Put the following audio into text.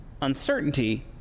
uncertainty